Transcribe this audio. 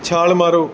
ਛਾਲ ਮਾਰੋ